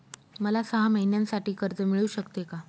मला सहा महिन्यांसाठी कर्ज मिळू शकते का?